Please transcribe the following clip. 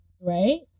right